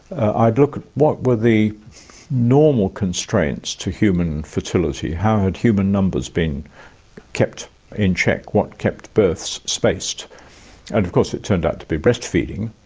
i'd look at what were the normal constraints to human fertility, how had human numbers been kept in check, what kept births spaced? and of course it turned out to be breastfeeding,